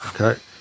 Okay